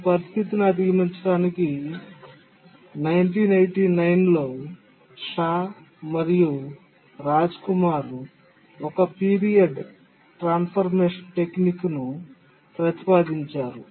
ఈ పరిస్థితిని అధిగమించడానికి 1989 లో షా మరియు రాజ్ కుమార్ ఒక పీరియడ్ ట్రాన్స్ఫర్మేషన్ టెక్నిక్ ప్రతిపాదించారు